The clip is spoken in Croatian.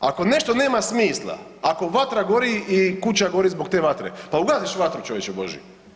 Ako nešto nema smisla, ako vatra gori i kuća gori zbog te vatre, pa ugasiš vatru, čovječe Božji.